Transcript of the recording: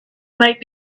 might